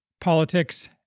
politics